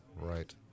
Right